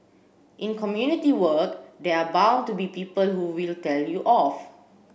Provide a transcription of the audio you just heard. in community work there are bound to be people who will tell you off